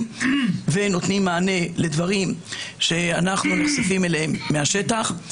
ונותנים מענה לדברים שאנחנו נחשפים אליהם מהשטח.